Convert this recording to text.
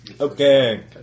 Okay